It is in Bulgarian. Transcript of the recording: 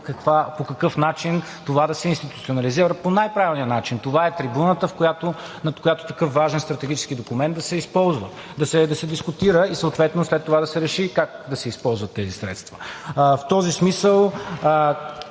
по какъв начин това да се институционализира по най-правилния начин. Това е трибуната, на която такъв важен стратегически документ да се дискутира и съответно след това да се реши как да се използват тези средства. В този смисъл